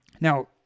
Now